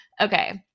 Okay